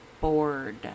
bored